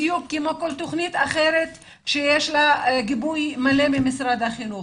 בדיוק כמו כל תוכנית אחרת שיש לה גיבוי ממשרד החינוך.